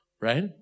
Right